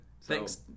Thanks